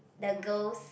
the girls